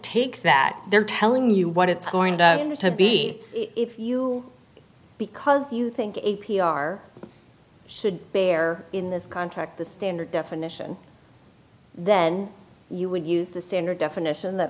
take that they're telling you what it's going to be if you because you think a p r should bear in this contract the standard definition then you would use the standard definition that